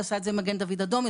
עם מגן דוד אדום,